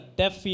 deaf